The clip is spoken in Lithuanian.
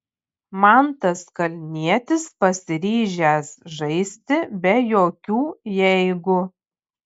mantas kalnietis pasiryžęs žaisti be jokių jeigu